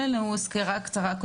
כל